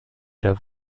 der